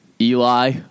Eli